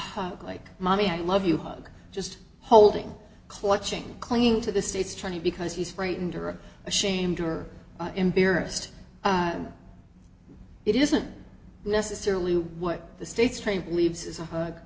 hug like mommy i love you hug just holding clutching clinging to the states trying to because he's frightened or ashamed or embarrassed it isn't necessarily what the state's train leaves is a hug